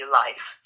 life